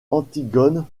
antigone